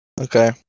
Okay